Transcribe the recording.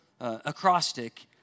acrostic